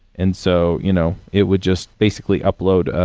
and so, you know it would just basically upload